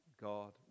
God